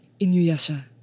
Inuyasha